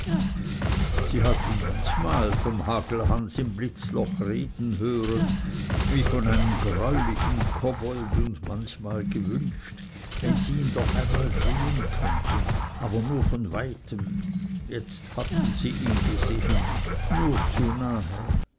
sie hatten manchmal vom hagelhans im blitzloch reden hören als wie von einem greulichen kobold und manchmal gewünscht wenn sie ihn doch einmal sehen könnten aber nur von weitem jetzt hatten sie ihn gesehen nur zu nahe